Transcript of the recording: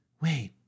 wait